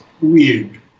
weird